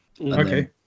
Okay